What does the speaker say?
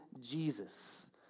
Jesus